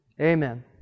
amen